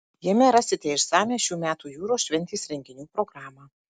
jame rasite išsamią šių metų jūros šventės renginių programą